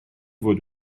fod